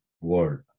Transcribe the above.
world